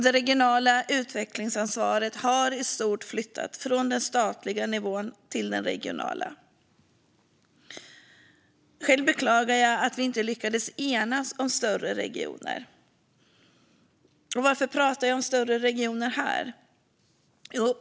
Det regionala utvecklingsansvaret har i stort sett flyttat från den statliga nivån till den regionala. Själv beklagar jag att vi inte lyckades enas om större regioner. Varför pratar jag om större regioner här?